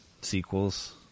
sequels